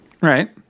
Right